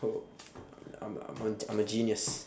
I'm I'm I'm a genius